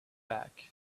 back